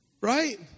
Right